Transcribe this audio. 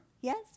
Yes